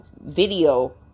video